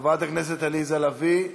חברת הכנסת עליזה לביא,